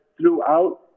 throughout